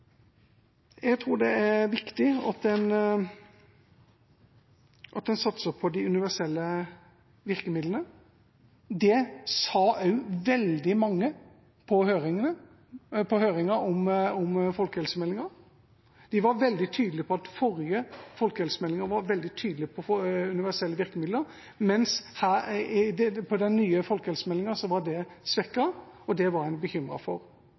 Jeg tror det er viktig at man satser på de universelle virkemidlene. Det sa også veldig mange på høringa om folkehelsemeldinga. Den forrige folkehelsemeldinga var tydelig på universelle virkemidler, mens i den nye folkehelsemeldinga var dette svekket, og det var man bekymret for.